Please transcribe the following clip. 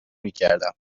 میکردم